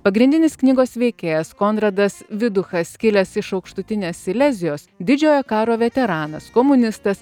pagrindinis knygos veikėjas konradas viduchas kilęs iš aukštutinės silezijos didžiojo karo veteranas komunistas